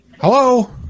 Hello